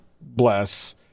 Bless